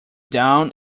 down